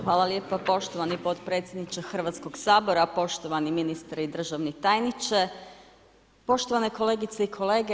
Hvala lijepa poštovani potpredsjedniče Hrvatskoga sabora, poštovani ministre i državni tajniče, poštovane kolegice i kolege.